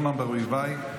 אורנה ברביבאי,